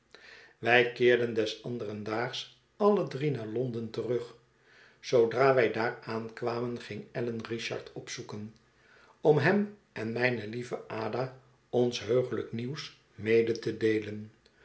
wij keerden des anderen daags alle drie naar londen terug zoodra wij daar aankwamen ging allan richard opzoeken om hem en mijne lieve ada ons heuglijk nieuws mede te deelen